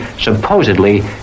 supposedly